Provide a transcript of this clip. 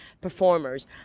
performers